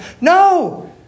No